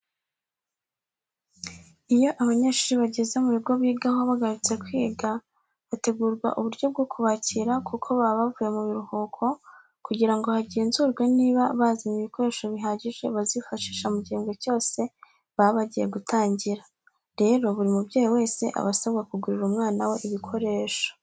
Iyo abanyeshuri bageze mu bigo bigaho bagarutse kwiga, hategurwa uburyo bwo kubakira kuko baba bavuye mu biruhuko kugira ngo hagenzurwe niba bazanye ibikoresho bihagije bazifashisha mu gihembwe cyose baba bagiye gutangira. Rero buri mubyeyi wese aba asabwa kugurira umwana we ibikoresho.